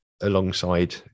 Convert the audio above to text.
alongside